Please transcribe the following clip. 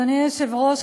אדוני היושב-ראש,